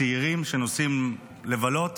צעירים שנוסעים לבלות.